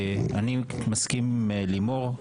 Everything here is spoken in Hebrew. אני מסכים עם לימור,